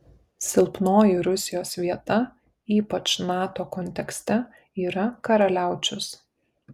silpnoji rusijos vieta ypač nato kontekste yra karaliaučius